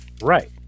right